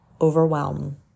overwhelm